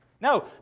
No